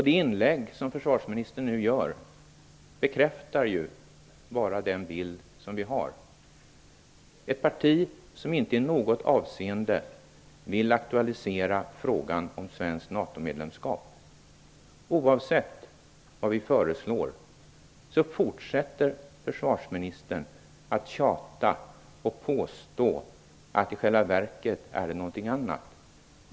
Det inlägg som försvarsministern nu gör bekräftar ju bara den bild som vi har av ett parti som inte i något avseende vill aktualisera frågan om svenskt NATO-medlemskap. Oavsett vad vi föreslår, fortsätter försvarsministern att tjata och påstå att det i själva verket handlar om någonting annat.